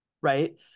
right